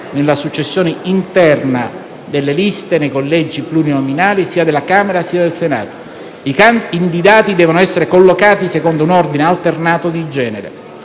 nella successione interna delle liste nei collegi plurinominali, sia della Camera sia del Senato, i candidati devono essere collocati secondo un ordine alternato di genere.